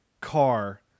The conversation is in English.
car